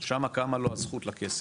שם כמה לו הזכות לכסף.